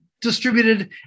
distributed